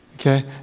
Okay